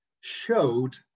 showed